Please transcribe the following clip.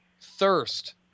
thirst